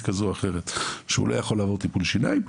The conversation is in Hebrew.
כזאת או אחרת שבגללה הוא לא יכול לעבור טיפול שיניים,